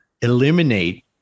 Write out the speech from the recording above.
eliminate